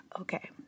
Okay